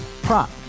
Prop